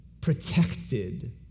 protected